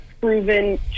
proven